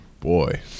Boy